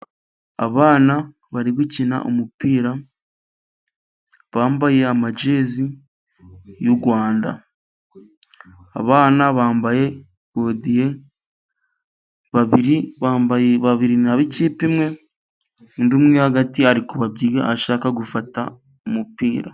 Abana bari gukina umupira bambaye amajezi y'u Rwanda, abana bambaye godiye, babiri bambaye, babiri n'ab'ikipe imwe, undi umwe hagati ari kubabyiga ashaka gufata umupira.